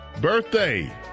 Birthday